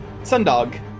Sundog